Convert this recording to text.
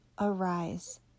arise